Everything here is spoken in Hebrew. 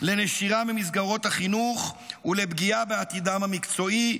לנשירה ממסגרות החינוך ולפגיעה בעתידם המקצועי,